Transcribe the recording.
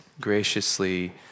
graciously